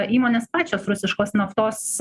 įmonės pačios rusiškos naftos